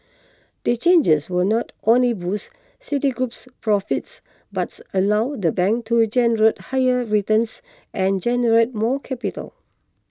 the changes will not only boosts Citigroup's profits but allow the bank to generate higher returns and generate more capital